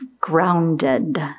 grounded